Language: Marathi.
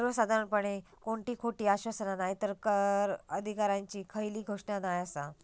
सर्वसाधारणपणे कोणती खोटी आश्वासना नायतर कर अधिकाऱ्यांची खयली घोषणा नाय आसा